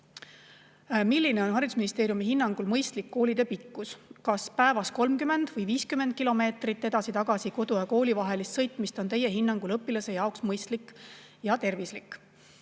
"Milline on Haridusministeeriumi hinnangul mõistlik koolitee pikkus? Kas päevas 30 või 50 kilomeetrit edasi-tagasi kodu ja kooli vahelist sõitmist on teie hinnangul õpilaste jaoks mõistlik ja tervislik?"